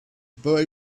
boy